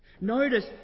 Notice